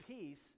peace